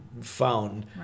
found